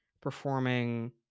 performing